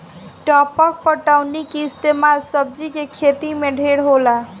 टपक पटौनी के इस्तमाल सब्जी के खेती मे ढेर होला